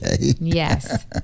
Yes